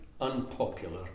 unpopular